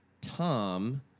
Tom